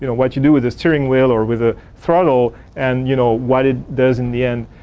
you know what you do with the steering wheel or with the throttle and you know what it does in the end